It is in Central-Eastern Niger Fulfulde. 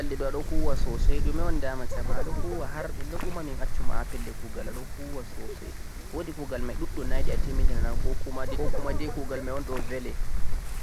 mi laari balɗe ɗo a ɗo huwa soosay, ɗume un damatama?, a ɗo huwa har ndenden kuma min accuma ha pelle kuugal a ɗo huwa soosay, woodi kuugal may ɗuɗɗum na a yiɗi a timmitina na 'ko kuma' day kuugal may on ɗo beele?.